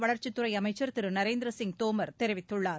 வளர்ச்சித்துறை அமைச்சர் திரு நரேந்திர சிங் தோமர் தெரிவித்துள்ளார்